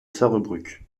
sarrebruck